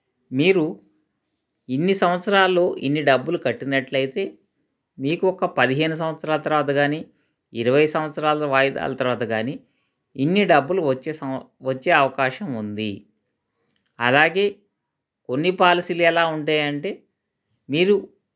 మీరు ఇన్ని సంవత్సరాల్లో ఇన్ని డబ్బులు కట్టినట్లయితే మీకు ఒక్క పదిహేను సంవత్సరాల తర్వాత కానీ ఇరవై సంవత్సరాల వాయిదాల తర్వాత కానీ ఇన్ని డబ్బులు వచ్చే సం వచ్చే అవకాశం ఉంది అలాగే కొన్ని పాలసీలు ఎలా ఉంటాయంటే మీరు